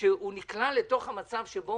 נקלע לתוך מצב שהוא